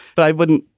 but i wouldn't.